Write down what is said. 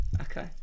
Okay